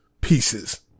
pieces